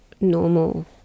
normal